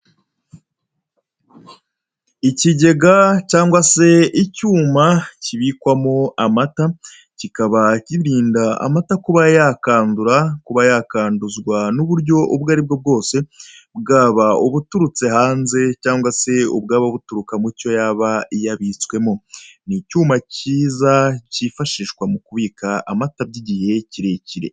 Ikigega cyangwa se icyuma kibikwamo amata, kikaba kirinda amata kuba yakwandura, kuba yakwanduzwa n'uburyo ubwo aribwo bwose bwaba ubuturutse hanze cyangwa se ubwaba buturuka mu cyo yaba yabitwsemo. Ni icyuma cyiza cyifashishwa mu kubika amata by'igihe kirekire.